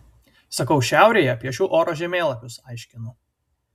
sakau šiaurėje piešiu oro žemėlapius aiškinu